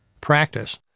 practice